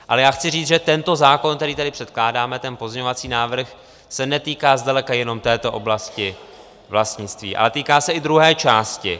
Ale já chci říct, že tento zákon, který tady předkládáme, ten pozměňovací návrh, se netýká zdaleka jenom této oblasti vlastnictví, ale týká se i druhé části.